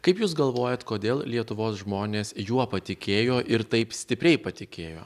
kaip jūs galvojat kodėl lietuvos žmonės juo patikėjo ir taip stipriai patikėjo